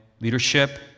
leadership